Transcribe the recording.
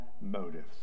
motives